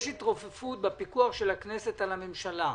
בפיקוח של הכנסת על הממשלה.